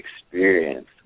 experience